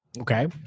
Okay